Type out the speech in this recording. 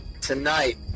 tonight